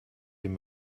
dem